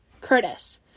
curtis